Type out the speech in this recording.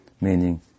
meaning